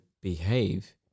behave